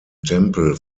tempel